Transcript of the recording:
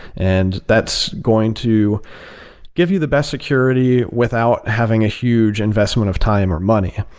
and that's going to give you the best security without having a huge investment of time or money.